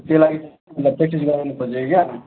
त्यही लागि मतलब प्र्याक्टिस गराउनु खोजेका क्या